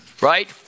Right